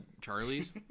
Charlie's